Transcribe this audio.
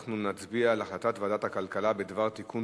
אנחנו נצביע על החלטת ועדת הכלכלה בדבר תיקון